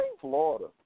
Florida